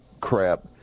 crap